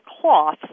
cloth